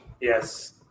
Yes